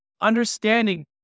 understanding